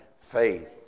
Faith